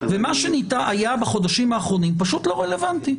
מה שהיה בחודשים האחרונים פשוט לא רלוונטי,